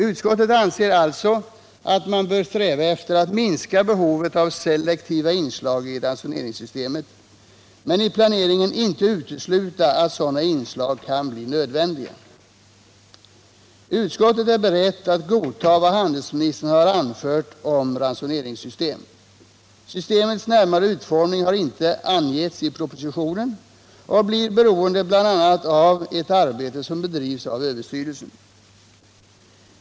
Utskottet anser alltså att man bör sträva efter att minska behovet av selektiva inslag i ransoneringssystemet men i planeringen inte utesluta att sådana inslag kan bli nödvändiga. Utskottet är berett att godta vad handelsministern har anfört om ett ransoneringssystem. Systemets närmare utformning har inte angetts i propositionen och blir beroende bl.a. av det arbete som bedrivs av Överstyrelsen för ekonomiskt försvar.